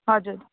हजुर